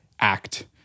act